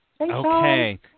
Okay